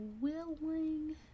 willing